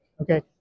Okay